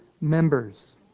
members